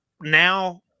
Now